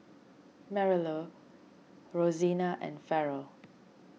Marilou Rosina and Farrell